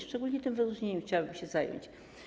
Szczególnie tym wyróżnieniem chciałabym się zająć.